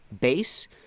base